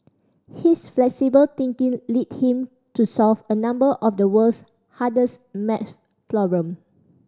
his flexible thinking led him to solve a number of the world's hardest maths problem